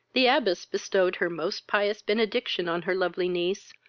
the abbess bestowed her most pious benediction on her lovely niece,